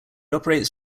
operates